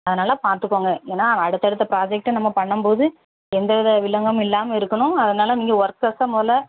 அதனால பாத்துக்கங்க ஏன்னா அடுத்தடுத்த ப்ராஜெக்ட்டை நம்ம பண்ணும்போது எந்த வித வில்லங்கமும் இல்லாமல் இருக்கணும் அதனால நீங்கள் ஒர்க்கர்ஸை முதல்ல